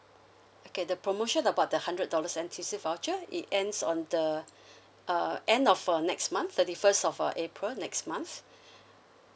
okay the promotion about the hundred dollars N_T_U_C voucher it ends on the uh end of uh next month thirty first of uh april next month